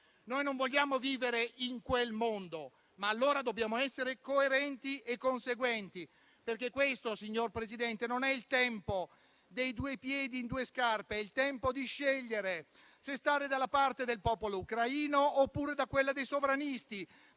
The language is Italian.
Noi non vogliamo vivere in quel mondo, ma allora dobbiamo essere coerenti e conseguenti, perché questo, signor Presidente, non è il tempo dei due piedi in due scarpe; è il tempo di scegliere se stare dalla parte del popolo ucraino, oppure da quella dei sovranisti,